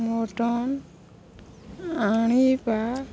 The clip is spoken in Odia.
ମଟନ୍ ଆଣିବା